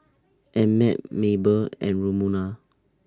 Emmett Mabel and Romona